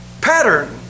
pattern